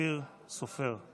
אופיר סופר.